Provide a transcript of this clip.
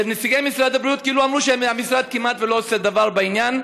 ונציגי משרד הבריאות כאילו אמרו שהמשרד כמעט שלא עושה דבר בעניין.